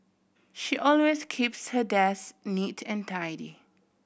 she always keeps her desk neat and tidy